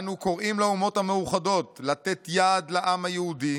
"אנו קוראים לאומות המאוחדות לתת יד לעם היהודי